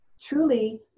truly